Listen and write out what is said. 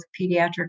pediatric